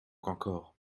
encore